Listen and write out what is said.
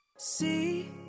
See